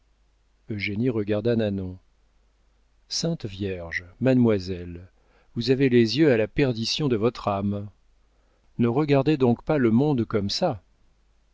regarda nanon sainte vierge mademoiselle vous avez les yeux à la perdition de votre âme ne regardez donc pas le monde comme ça